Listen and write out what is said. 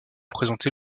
présenter